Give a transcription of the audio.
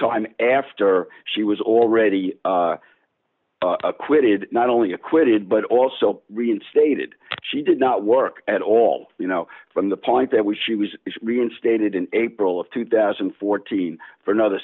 time after she was already acquitted not only acquitted but also reinstated she did not work at all you know from the point that we she was reinstated d in april of two thousand and fourteen for another